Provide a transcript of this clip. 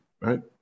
right